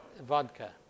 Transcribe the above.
Vodka